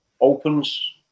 opens